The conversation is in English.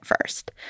first